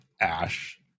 Ash